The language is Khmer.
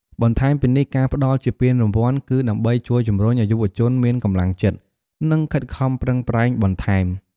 បន្ថែមពីនេះ ការផ្តល់ជាពានរង្វាន់គឺ ដើម្បីជួយជម្រុញឲ្យយុវជនមានកម្លាំងចិត្ត និងខិតខំប្រឹងប្រែងបន្ថែម។